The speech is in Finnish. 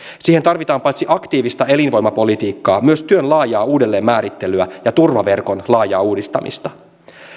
siihen tarvitaan paitsi aktiivista elinvoimapolitiikkaa myös työn laajaa uudelleenmäärittelyä ja turvaverkon laajaa uudistamista